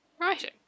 writing